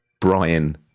Brian